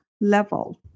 level